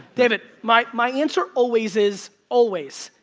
david, my my answer always is, always,